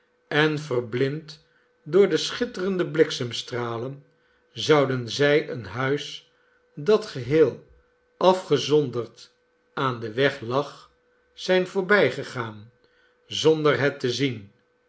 en verblind door de schitterende bliksemstralen zouden zij een huis dat geheel afgezonderd aan den weg lag zijn voorbijgegaan zonder het te zien